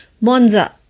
Monza